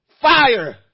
fire